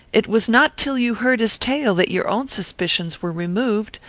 it was not till you heard his tale that your own suspicions were removed.